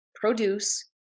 produce